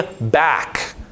back